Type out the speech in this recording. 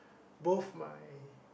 both my